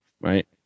right